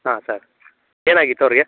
ಹಾಂ ಸರ್ ಏನಾಗಿತ್ತು ಅವ್ರಿಗೆ